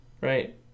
right